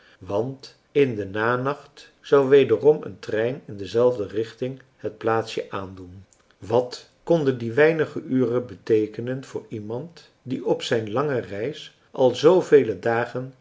want in den nanacht zou wederom een trein in dezelfde richting het plaatsje aandoen wat konden die weinige uren beteekenen voor iemand die op zijn lange reis al zoovele dagen